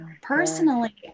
personally